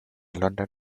london